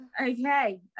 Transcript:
Okay